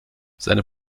seine